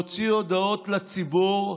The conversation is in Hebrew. להוציא הודעות לציבור,